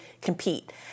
compete